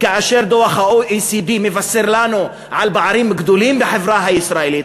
כאשר דוח ה-OECD מבשר לנו על פערים גדולים בחברה הישראלית,